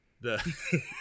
the-